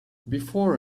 before